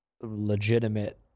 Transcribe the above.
legitimate